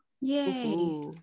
Yay